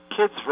Kids